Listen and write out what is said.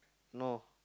no